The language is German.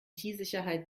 sicherheit